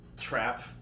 trap